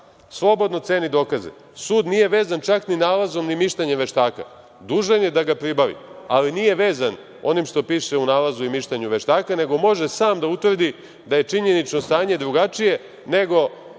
slobodno ceni dokaze. Sud nije vezan čak ni nalazom, ni mišljenjem veštaka. Dužan je da ga pribavi, ali nije vezan onim što piše u nalazu i mišljenju veštaka, nego može sam da utvrdi da je činjenično stanje drugačije nego